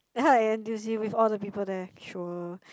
like how the n_t_u_c with all the people there sure